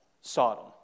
Sodom